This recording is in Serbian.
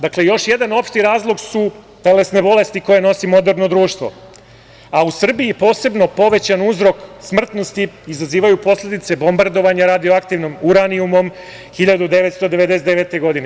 Dakle, još jedan opšti razlog su bolesti koje nosi modreno društvo, a u Srbiji posebno povećan uzrok smrtnosti izazivaju posledice bombardovanja radio-aktivnim uranijumom 1999. godine.